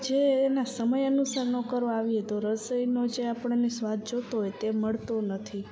જે એના સમય અનુસાર નો કરવા આવીએ તો રસોઈનો જે આપણને સ્વાદ જોતો હોય તે મળતો નથી